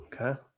Okay